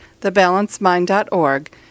thebalancemind.org